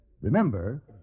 Remember